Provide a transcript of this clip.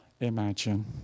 imagine